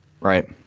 Right